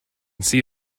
see